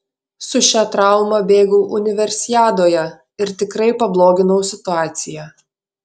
su šia trauma bėgau universiadoje ir tikrai pabloginau situaciją